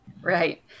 Right